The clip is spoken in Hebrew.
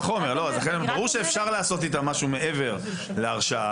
ברור שאפשר לעשות איתם משהו מעבר להרשעה,